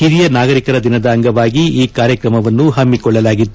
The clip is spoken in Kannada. ಹಿರಿಯ ನಾಗರಿಕರ ದಿನ ಅಂಗವಾಗಿ ಈ ಕಾರ್ಯಕ್ರಮವನ್ನು ಪಮ್ಲಿಕೊಳ್ಳಲಾಗಿತ್ತು